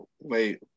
wait